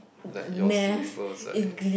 like your syllabus like